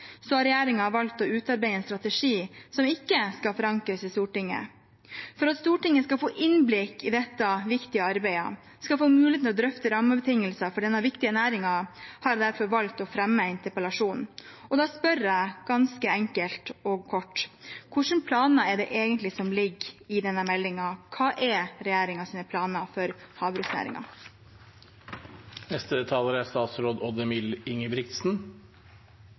har ønsket, har regjeringen valgt å utarbeide en strategi som ikke skal forankres i Stortinget. For at Stortinget skal få innblikk i dette viktige arbeidet, skal få muligheten til å drøfte rammebetingelser for denne viktige næringen, har jeg derfor valgt å fremme interpellasjonen. Da spør jeg ganske enkelt og kort: Hvilke planer er det egentlig som ligger i denne strategien? Hva er regjeringens planer for